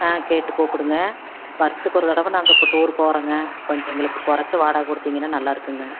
ஆ கேட்டு கூப்பிடுங்க வருஷத்துக்கு ஒரு தடவை நாங்கள் இப்போ டூர் போகிறோங்க கொஞ்சம் எங்களுக்கு குறைச்சி வாடகை கொடுத்திங்கன்னா நல்லாயிருக்கும்ங்க